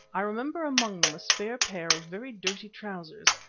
i remember among them a spare pair of very dirty trousers,